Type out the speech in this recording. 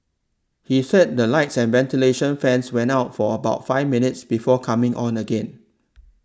he said the lights and ventilation fans went out for about five minutes before coming on again